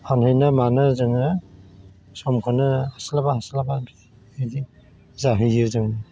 फानहैनो मानो जोङो समखौनो हास्लाबा हास्लाबा बिदि जाहैयो जों